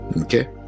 okay